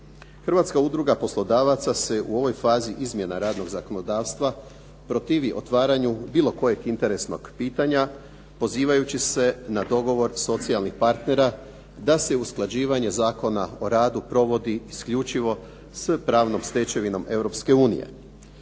Hrvatska udruga poslodavaca se u ovoj fazi izmjena radnog zakonodavstva protivi otvaranju bilo kojeg interesnog pitanja pozivajući se na dogovor socijalnih partnera da se usklađivanje Zakona o radu provodi isključivo s pravnom stečevinom